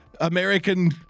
American